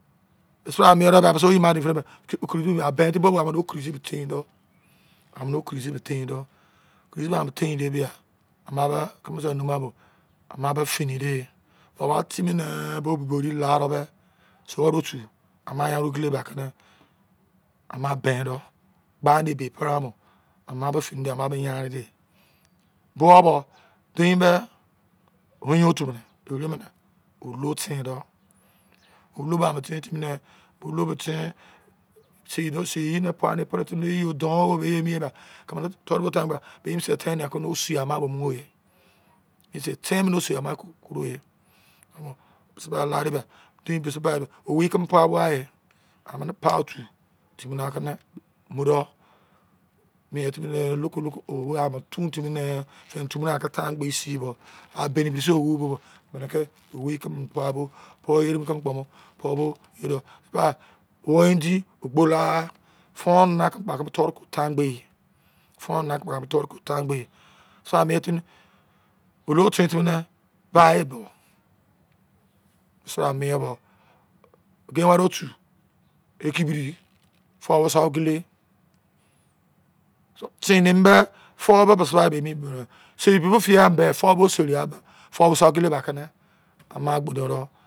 Mise bra mien do mise oyi-man-dein foni be kripo ben timi bo bo me amene okrisi tin dou amene o kris me tin dou krisi mi tin dou kris ma tin de biya ama me keme se ama be ini dei o ba timi nee bo buboru la ama me suo de otu ama yan ogele ba ke ne ama ben dou gba ne ebe pre amu ama bo fini de ama bo yanre ye bowobo ben be wo yein otu olo ten sei do sei ne pai ne pre timi yo don ome ye mien ba keme ne toro bo tegbela bo ye bo se ten keme si ama mu ye mise ten mene si ama ke mu e mise ten osi ama ke mise bra la de gba dein gbese bi de owei keme pai bo ha ye amene pai timi na ke ne bo dou mien timi ne loko loko koro mi yan mu tun timi nee deni tu wo ke tan gbe si ne bo a beni si owu bo bo amene ke owei keme pai bo po yerin keme kpo bo ba owo indi ogbo laha fou nana keme kpo aku mu toro ke tangbe e mise bra mien timi olo ten timi neba bo mise bra mien bo oge ware otu eki biri fou osa ogele ten ne be fou bebe mise bra ke emi sei bebe fiai ambe fou bo seri be fou sa ogele ba ke ne ama kpo doro